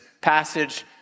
passage